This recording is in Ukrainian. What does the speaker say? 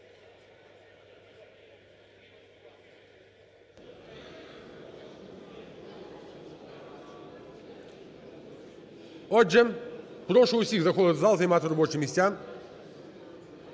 Отже, прошу усіх заходити в зал займати робочі місця.